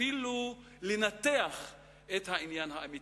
אפילו לנתח את העניין האמיתי.